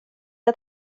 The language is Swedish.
att